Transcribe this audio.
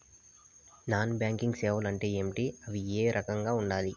non banking సేవలు అంటే ఏమి అవి ఏ రకంగా ఉండాయి